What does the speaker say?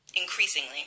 increasingly